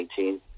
2018